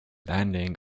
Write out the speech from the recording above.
landing